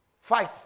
fight